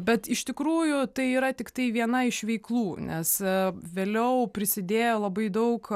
bet iš tikrųjų tai yra tiktai viena iš veiklų nes vėliau prisidėjo labai daug